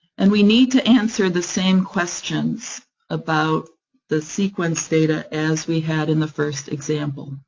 and we need to answer the same questions about the sequence data as we had in the first example.